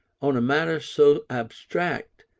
on a matter so abstract,